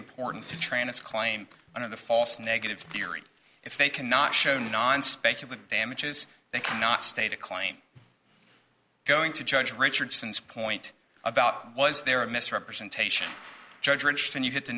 important to train this claim under the false negative theory if they cannot show non spatial with damages they cannot state a claim going to judge richardson's point about was there a misrepresentation judge rich then you hit the